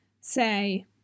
say